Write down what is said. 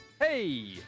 Hey